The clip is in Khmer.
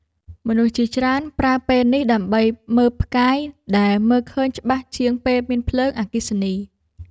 មនុស្សជាច្រើនប្រើពេលនេះដើម្បីមើលផ្កាយ ដែលមើលឃើញច្បាស់ជាងពេលមានភ្លើងអគ្គិសនី។